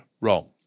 wrong